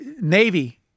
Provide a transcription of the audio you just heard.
Navy